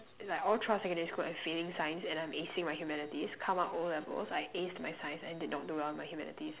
it's like all throughout secondary school I'm failing science and I'm acing my humanities come out O levels I aced my science and did not do well in my humanities